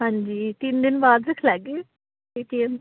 अंजी तीन दिन बाद दिक्खी लैगे ओके